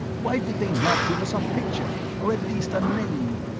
why did they not give us a picture or at least a name?